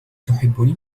تحبني